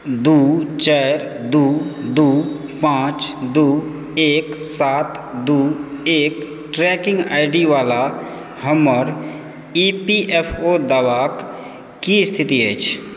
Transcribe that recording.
दु चारि दू दू पाँच दू एक सात दू एक ट्रैकिंग आई डी वाला हमर ई पी एफ ओ दावाक की स्थिति अछि